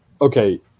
Okay